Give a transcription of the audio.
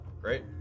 Great